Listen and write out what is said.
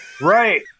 Right